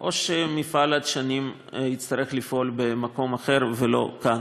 או שמפעל הדשנים יצטרך לפעול במקום אחר ולא כאן.